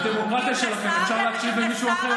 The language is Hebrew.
בדמוקרטיה שלכם אפשר להקשיב למישהו אחר?